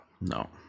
No